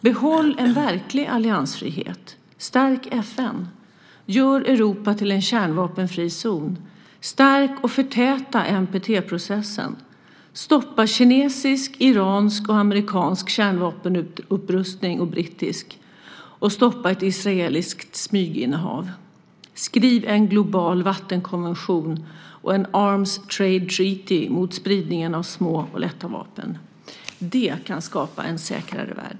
Behåll en verklig alliansfrihet! Stärk FN! Gör Europa till en kärnvapenfri zon! Stärk och förtäta NPT-processen! Stoppa kinesisk, iransk, amerikansk och brittisk kärnvapenupprustning! Stoppa ett israeliskt smyginnehav! Skriv en global vattenkonvention och en arms trade treaty mot spridningen av små och lätta vapen! Det kan skapa en säkrare värld.